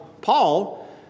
Paul